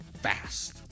fast